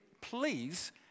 Please